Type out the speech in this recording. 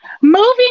moving